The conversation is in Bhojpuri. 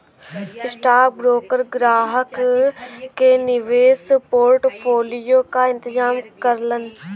स्टॉकब्रोकर ग्राहक के निवेश पोर्टफोलियो क इंतजाम करलन